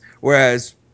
whereas